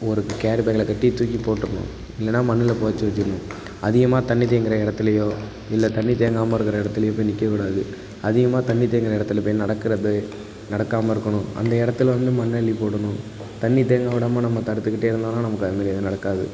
ஒரு கேரிபேக்ல கட்டி தூக்கிப் போட்டுருணும் இல்லைன்னா மண்ணில் புதச்சி வச்சிடணும் அதிகமாக தண்ணி தேங்குகிற இடத்துலையோ இல்லை தண்ணி தேங்காமல் இருக்கிற இடத்துலையோ போய் நிற்கக்கூடாது அதிகமாக தண்ணி தேங்குகிற இடத்துல போய் நடக்கிறது நடக்காமல் இருக்கணும் அந்த இடத்துல வந்து மண் அள்ளி போடணும் தண்ணி தேங்க விடாம நம்ம தடுத்துக்கிட்டே இருந்தோம்னால் நமக்கு அதுமாரி எதுவும் நடக்காது